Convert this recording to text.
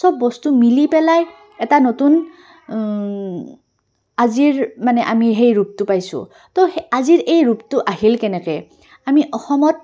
চব বস্তু মিলি পেলাই এটা নতুন আজিৰ মানে আমি সেই ৰূপটো পাইছোঁ তো সেই আজিৰ এই ৰূপটো আহিল কেনেকৈ আমি অসমত